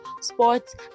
sports